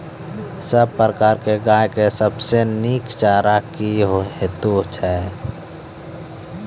सब प्रकारक गाय के सबसे नीक चारा की हेतु छै?